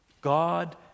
God